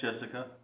Jessica